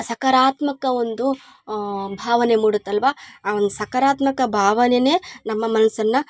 ಸಕಾರಾತ್ಮಕ ಒಂದು ಭಾವನೆ ಮೂಡುತಲ್ವ ಆ ಒಂದು ಸಕಾರಾತ್ಮಕ ಭಾವನೆ ನಮ್ಮ ಮನಸ್ಸನ್ನ